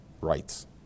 rights